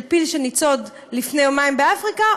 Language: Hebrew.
של פיל שניצוד לפני יומיים באפריקה,